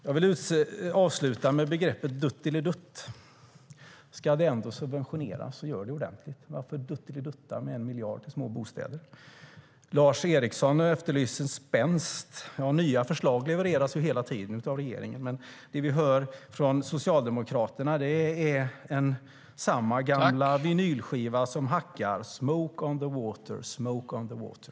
Jag vill avsluta med begreppet "duttelidutt". Om det ska subventioneras - gör det ordentligt! Varför "duttelidutta" med 1 miljard till små bostäder? Lars Eriksson efterlyser spänst. Nya förslag levereras hela tiden av regeringen, men från Socialdemokraterna hör vi samma gamla vinylskiva som hackar: "Smoke on the water", "Smoke on the water".